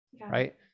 right